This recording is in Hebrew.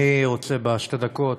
אני רוצה בשתי הדקות